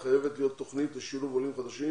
חייבת להיות תוכנית לשילוב עולים חדשים